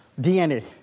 DNA